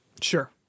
Sure